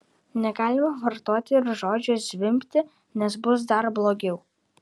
negalima vartoti ir žodžio zvimbti nes bus dar blogiau